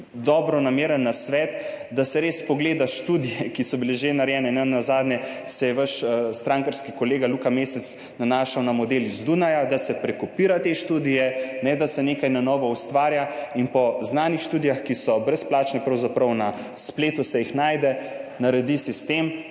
dobronameren nasvet, da se res pogleda študije, ki so bile že narejene. Nenazadnje se je vaš strankarski kolega Luka Mesec nanašal na model z Dunaja, da se prekopira te študije, ne da se ustvarja nekaj na novo, in po znanih študijah, ki so brezplačne, pravzaprav se jih najde na spletu, naredi sistem,